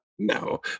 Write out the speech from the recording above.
No